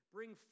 Bring